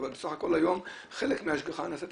אבל בסך הכול היום חלק מההשגחה נעשית